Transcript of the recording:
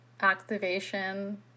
activation